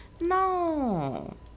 No